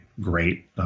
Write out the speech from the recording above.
great